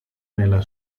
nella